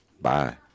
bye